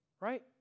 Right